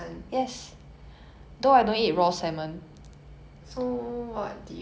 日本餐 very wide something more specific like 韩国